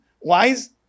wise